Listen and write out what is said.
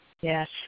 Yes